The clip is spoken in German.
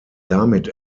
damit